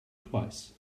twice